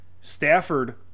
Stafford